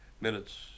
minutes